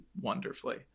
wonderfully